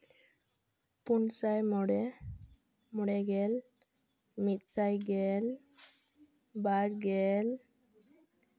ᱯᱩᱱᱥᱟᱭ ᱢᱚᱬᱮ ᱢᱚᱬᱮᱜᱮᱞ ᱢᱤᱫᱥᱟᱭ ᱜᱮᱞ ᱵᱟᱨᱜᱮᱞ